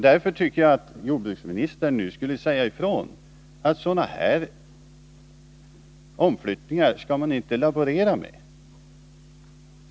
Därför tycker jag att jordbruksministern nu skulle säga ifrån och klargöra att man inte skall laborera med sådana här omflyttningar.